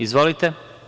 Izvolite.